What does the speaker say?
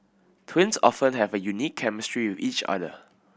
twins often have a unique chemistry with each other